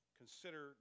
consider